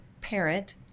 parent